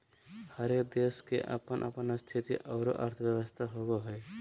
हरेक देश के अपन अपन स्थिति और अर्थव्यवस्था होवो हय